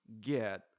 get